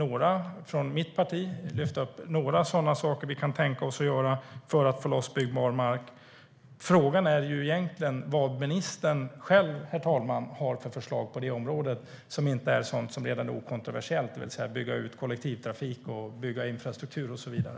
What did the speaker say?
Vi i mitt parti har lyft upp några saker vi kan tänka oss att göra. Frågan är egentligen vad ministern själv har för förslag på området som inte är sådant som redan är okontroversiellt, det vill säga att bygga ut kollektivtrafik, bygga infrastruktur och så vidare.